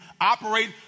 operate